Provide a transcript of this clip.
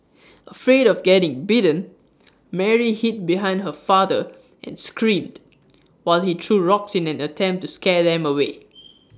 afraid of getting bitten Mary hid behind her father and screamed while he threw rocks in an attempt to scare them away